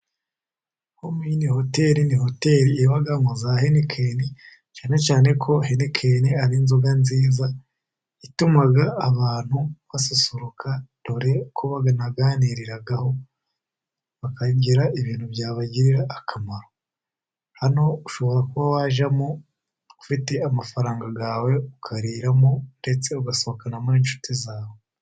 Homini hoteli ni hoteli ibamo za henikeni, cyane cyane ko henikeni ari inzoga nziza ituma abantu basusuruka dore ko banaganiriraho, bakagira ibintu byabagirira akamaro. Hano ushobora kuba wajyamo ufite amafaranga yawe ukariramo, ndetse ugasohokanamo inshuti zawe.